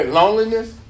loneliness